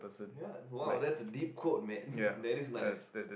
ya !wow! that is deep quote man that is nice